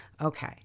Okay